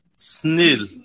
Snail